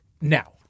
now